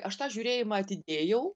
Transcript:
aš tą žiūrėjimą atidėjau